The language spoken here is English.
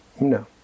No